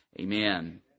amen